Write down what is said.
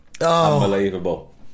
Unbelievable